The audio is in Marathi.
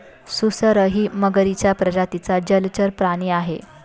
सुसरही मगरीच्या प्रजातीचा जलचर प्राणी आहे